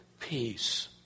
peace